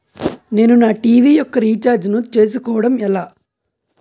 నేను నా టీ.వీ యెక్క రీఛార్జ్ ను చేసుకోవడం ఎలా?